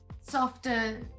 softer